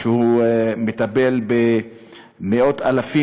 שמטפל במאות אלפי